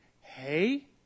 hey